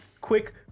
Quick